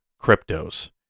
cryptos